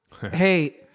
hey